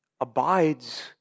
Abides